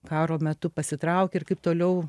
karo metu pasitraukė ir kaip toliau